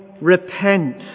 repent